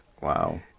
Wow